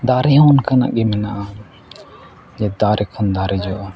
ᱫᱟᱨᱮ ᱦᱚᱸ ᱚᱱᱠᱟᱱᱟᱜ ᱜᱮ ᱢᱮᱱᱟᱜᱼᱟ ᱡᱮ ᱫᱟᱨᱮ ᱠᱷᱚᱱ ᱫᱟᱨᱮ ᱡᱚᱜᱼᱟ